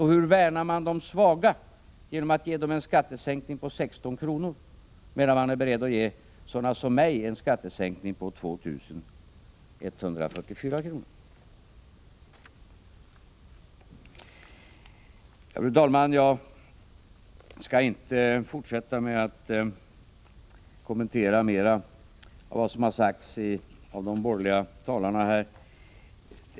Hur värnar man de svaga genom att ge dem en skattesänkning på 16 kr., medan man är beredd att ge sådana som mig en skattesänkning på 2 144 kr.? Fru talman! Jag skall inte fortsätta att mera kommentera vad de borgerliga talarna har sagt här.